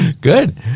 Good